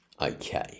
Okay